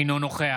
אינו נוכח